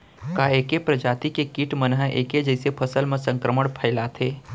का ऐके प्रजाति के किट मन ऐके जइसे फसल म संक्रमण फइलाथें?